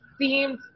seems